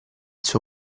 suo